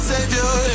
Savior